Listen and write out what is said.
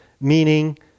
meaning